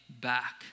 back